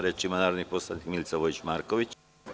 Reč ima narodni poslanik Milica Vojić Marković.